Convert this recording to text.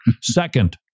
Second